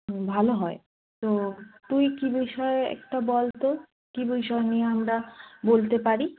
ভালো হয় তো তুই কী বিষয়ে একটা বল তো কী বিষয় নিয়ে আমরা বলতে পারি